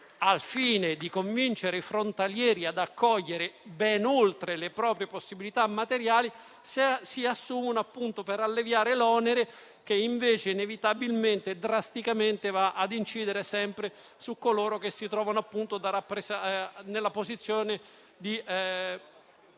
al fine di convincere i frontalieri ad accogliere ben oltre le proprie possibilità materiali, appunto per alleviare l'onere che invece inevitabilmente e drasticamente va a incidere sempre su coloro che si trovano nella posizione di dover